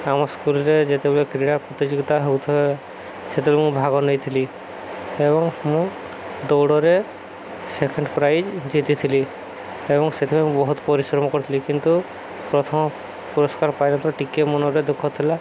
ଆମ ସ୍କୁଲରେ ଯେତେବେଳେ କ୍ରୀଡ଼ା ପ୍ରତିଯୋଗିତା ହଉଏ ସେତେବେଳେ ମୁଁ ଭାଗ ନେଇଥିଲି ଏବଂ ମୁଁ ଦୌଡ଼ରେ ସେକେଣ୍ଡ ପ୍ରାଇଜ ଜିତିଥିଲି ଏବଂ ସେଥିପାଇଁ ମୁଁ ବହୁତ ପରିଶ୍ରମ କରିଥିଲି କିନ୍ତୁ ପ୍ରଥମ ପୁରସ୍କାର ପାଇନଥିବାରୁ ଟିକେ ମନରେ ଦୁଃଖ ଥିଲା